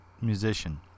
musician